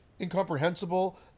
incomprehensible